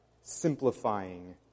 simplifying